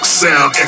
sound